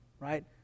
right